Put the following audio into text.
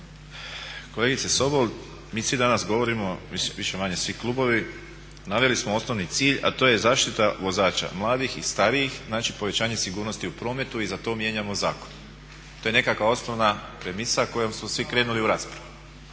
Kolegice Sobol mi svi danas govorimo više-manje svi klubovi naveli smo osnovni cilj, a to je zaštita vozača mladih i starijih znači povećanje sigurnosti u prometu i za to mijenjamo zakon, to je nekakav osnova premisa kojom su svi krenuli u raspravu.